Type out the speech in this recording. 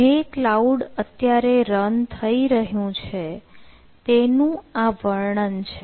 જે ક્લાઉડ અત્યારે રન થઈ રહ્યું છે તેનું આ વર્ણન છે